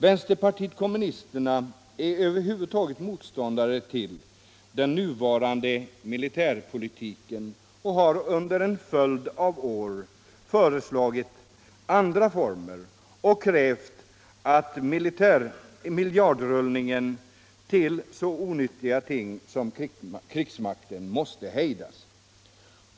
Vänsterpartiet kommunisterna är över huvud taget motståndare till den nuvarande militärpolitiken och har under en följd av år föreslagit försvar i andra former och krävt att miljardrullningen till så onyttiga ting som krigsmakten skall hejdas.